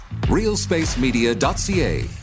realspacemedia.ca